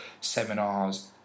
seminars